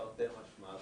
תרתי משמע.